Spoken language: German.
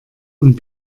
und